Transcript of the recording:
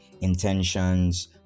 intentions